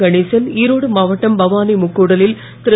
கணேசன் ஈரோடு மாவட்டம் பவானி முக்கூடலில் திரு